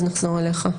ואז נחזור אליך.